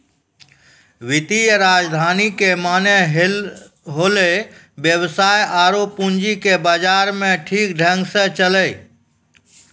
वित्तीय राजधानी के माने होलै वेवसाय आरु पूंजी के बाजार मे ठीक ढंग से चलैय